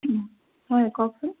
হয় কওকচোন